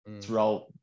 throughout